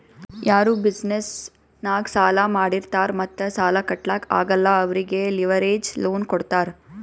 ಯಾರು ಬಿಸಿನೆಸ್ ನಾಗ್ ಸಾಲಾ ಮಾಡಿರ್ತಾರ್ ಮತ್ತ ಸಾಲಾ ಕಟ್ಲಾಕ್ ಆಗಲ್ಲ ಅವ್ರಿಗೆ ಲಿವರೇಜ್ ಲೋನ್ ಕೊಡ್ತಾರ್